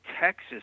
Texas